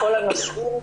בכל הנושאים,